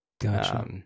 Gotcha